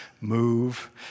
move